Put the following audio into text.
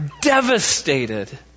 devastated